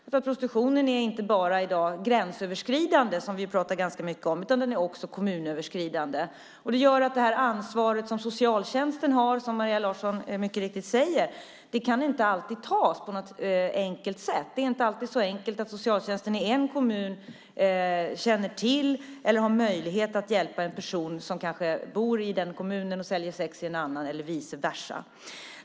Prostitutionen är i dag inte bara gränsöverskridande, som vi pratar ganska mycket om, utan den är också kommunöverskridande. Det gör att det ansvar som socialtjänsten har, som Maria Larsson mycket riktigt säger, inte alltid kan tas på något enkelt sätt. Det är inte alltid så enkelt att socialtjänsten i en kommun känner till eller har möjlighet att hjälpa en person som kanske bor i den kommunen och säljer sex i en annan eller vice versa.